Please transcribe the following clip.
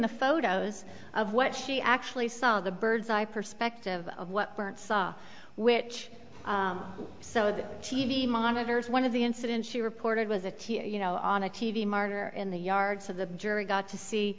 the photos of what she actually saw the bird's eye perspective of what bernd saw which so the t v monitors one of the incident she reported was a you know on a t v martyr in the yard so the jury got to see